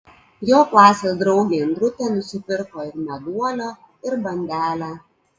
jo klasės draugė indrutė nusipirko ir meduolio ir bandelę